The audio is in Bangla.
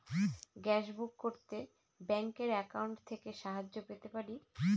গ্যাসবুক করতে ব্যাংকের অ্যাকাউন্ট থেকে সাহায্য নিতে পারি?